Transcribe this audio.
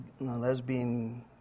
lesbian